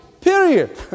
period